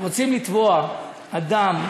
רוצים לתבוע אדם,